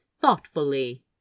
thoughtfully